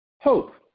Hope